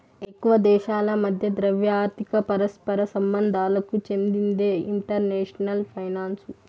ఎక్కువ దేశాల మధ్య ద్రవ్య, ఆర్థిక పరస్పర సంబంధాలకు చెందిందే ఇంటర్నేషనల్ ఫైనాన్సు